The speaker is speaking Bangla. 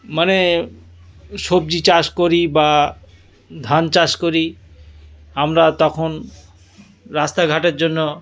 মানে সবজি চাষ করি বা ধান চাষ করি আমরা তখন রাস্তাঘাটের জন্য